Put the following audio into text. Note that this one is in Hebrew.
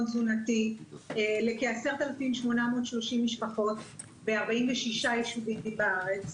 תזונתי לכ-10,830 משפחות ב-46 יישובים בארץ.